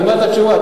קיבלת תשובה.